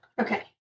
okay